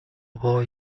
poi